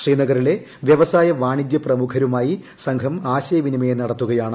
ശ്രീനഗറിലെ വൃവസായ വാണിജൃ പ്രമുഖരുമായി സംഘം ആശയവിനിമയം നടത്തുകയാണ്